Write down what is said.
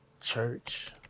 church